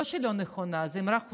לא שהיא לא נכונה, זאת אמירה חוצפנית.